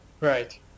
Right